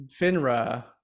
FINRA